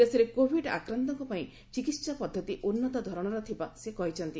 ଦେଶରେ କୋଭିଡ୍ ଆକ୍ରାନ୍ତଙ୍କ ପାଇଁ ଚିକିତ୍ସା ପଦ୍ଧତି ଉନ୍ନତ ଧରଣର ଥିବା ସେ କହିଛନ୍ତି